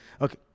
Okay